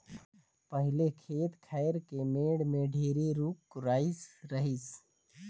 पहिले खेत खायर के मेड़ में ढेरे रूख राई रहिस